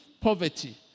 poverty